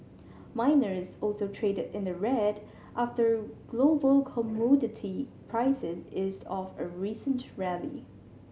miners also traded in the red after global commodity prices eased off a recent rally